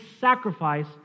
sacrifice